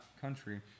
country